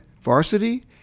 Varsity